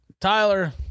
Tyler